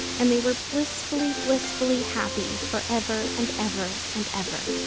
and they were blissfully, blissfully happy, forever and ever and ever.